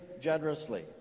generously